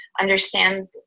understand